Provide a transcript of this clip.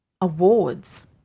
Awards